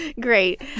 great